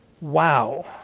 Wow